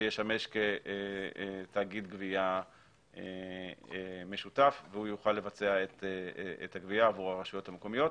שישמש כתאגיד גבייה משותף ויוכל לבצע את הגבייה עבור הרשויות המקומיות.